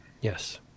Yes